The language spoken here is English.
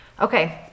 Okay